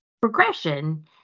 progression